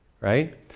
right